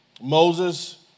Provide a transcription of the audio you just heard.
Moses